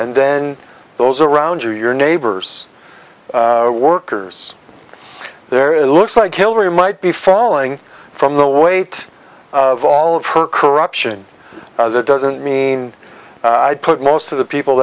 and then those around you your neighbors workers there it looks like hillary might be falling from the weight of all of her corruption that doesn't mean i'd put most of the people